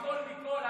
הכול מכול.